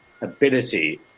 ability